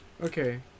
Okay